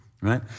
right